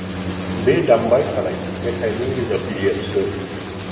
बे दामबाय थानाय मेथाइनि रोजाबगिरिया सोर